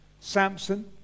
Samson